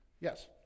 Yes